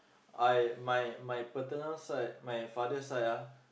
I my my paternal side my father side ah